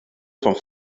van